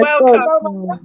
Welcome